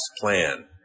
plan